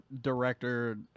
director